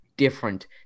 different